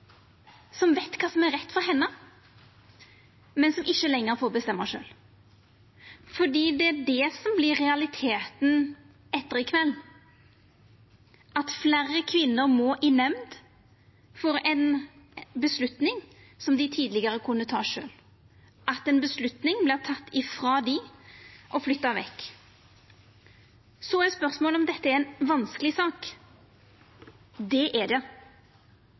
som veit kva som er rett for henne, men som ikkje lenger får bestemma sjølv. For det er det som vert realiteten etter i kveld – at fleire kvinner må i nemnd for ei avgjerd som dei tidlegare kunne ta sjølve, at ei avgjerd vert teken frå dei og flytta vekk. Så er spørsmålet om dette er ei vanskeleg sak. Det er det.